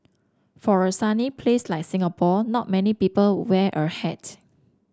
for a sunny place like Singapore not many people wear a hat